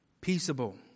peaceable